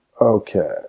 okay